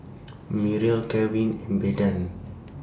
Myrle Calvin and Bethann